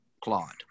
claude